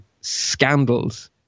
scandals